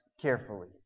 carefully